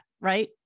right